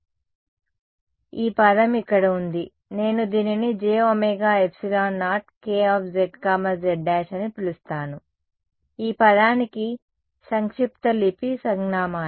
కాబట్టి ఈ పదం ఇక్కడ ఉంది నేను దీనిని jωε0 Kzz' అని పిలుస్తాను ఈ పదానికి సంక్షిప్తలిపి సంజ్ఞామానం